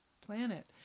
planet